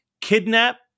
kidnap